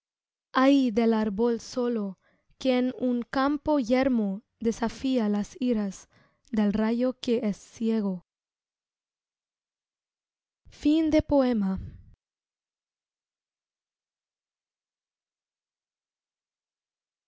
ay del árbol solo que en un campo yermo desafía las iras del rayo que es ciego